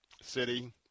City